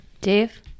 Dave